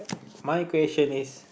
my question is